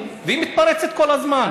והיא מתפרצת כל הזמן.